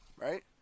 right